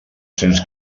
cents